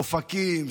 אופקים,